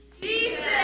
Jesus